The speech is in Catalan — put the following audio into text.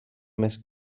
més